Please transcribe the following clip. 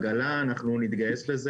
אנחנו נתגייס לזה.